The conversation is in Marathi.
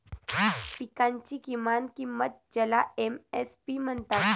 पिकांची किमान किंमत ज्याला एम.एस.पी म्हणतात